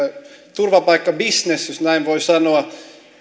turvapaikkabisnes jos näin voi sanoa